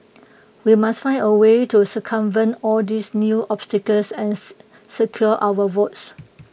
we must find A way to circumvent all these new obstacles and secure our votes